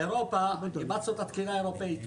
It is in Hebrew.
באירופה אימצנו את התקינה האירופית.